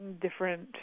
different